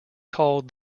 called